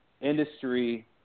industry